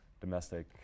domestic